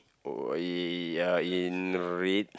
oh ya in red